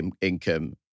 income